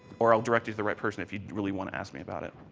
or i will direct you to the right person if you really want to ask me about it.